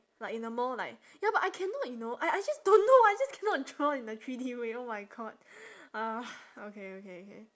like in a more like ya but I cannot you know I I just don't know I just cannot draw in a three-D way oh my god ugh okay okay okay